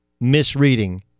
misreading